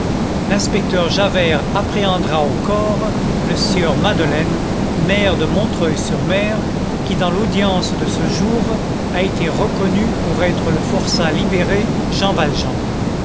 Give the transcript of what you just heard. l'inspecteur javert appréhendera au corps le sieur madeleine maire de montreuil sur mer qui dans l'audience de ce jour a été reconnu pour être le forçat libéré jean valjean